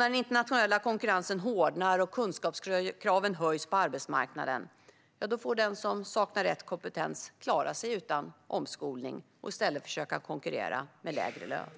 När den internationella konkurrensen hårdnar och kunskapskraven höjs på arbetsmarknaden får den som saknar rätt kompetens klara sig utan omskolning och i stället försöka att konkurrera med lägre lön.